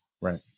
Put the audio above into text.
Right